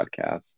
podcast